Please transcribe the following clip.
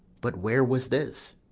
but where was this?